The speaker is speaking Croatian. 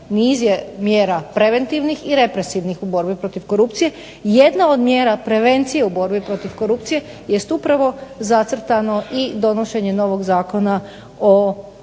niz je mjera preventivnih i represivnih u borbi protiv korupcije. Jedna od mjera prevencije u borbi protiv korupcije jest upravo zacrtano i donošenje novog Zakona o